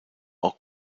auch